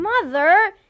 Mother